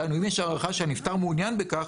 דהיינו אם יש הערכה שהנפטר מעוניין בכך,